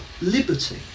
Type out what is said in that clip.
liberty